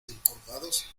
encorvados